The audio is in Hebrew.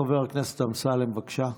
חבר הכנסת אמסלם, בבקשה.